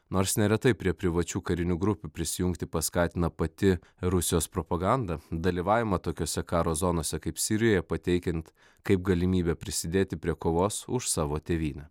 nors neretai prie privačių karinių grupių prisijungti paskatina pati rusijos propaganda dalyvavimą tokiose karo zonose kaip sirijoje pateikiant kaip galimybę prisidėti prie kovos už savo tėvynę